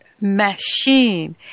machine